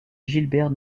gilbert